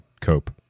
cope